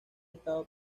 estado